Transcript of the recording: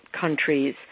countries